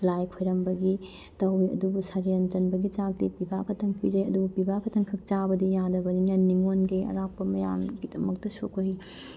ꯂꯥꯏ ꯈꯣꯏꯔꯝꯕꯒꯤ ꯇꯧꯋꯦ ꯑꯗꯨꯕꯨ ꯁꯔꯦꯟ ꯆꯟꯕꯒꯤ ꯆꯥꯛꯇꯤ ꯄꯤꯕꯥ ꯈꯛꯇꯪ ꯄꯤꯖꯩ ꯑꯗꯨꯕꯨ ꯄꯤꯕꯥ ꯈꯛꯇꯪꯈꯛ ꯆꯥꯕꯗꯤ ꯌꯥꯗꯕꯅꯤꯅ ꯅꯤꯡꯉꯣꯜꯈꯩ ꯑꯔꯥꯞꯄ ꯃꯌꯥꯝꯒꯤꯗꯃꯛꯇꯁꯨ ꯑꯩꯈꯣꯏ